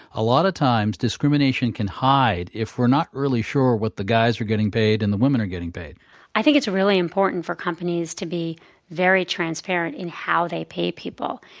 a lot of times discrimination can hide if we're not really sure what the guys are getting paid and the women are getting paid i think it's really important for companies to be very transparent in how they pay people.